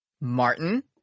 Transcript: Martin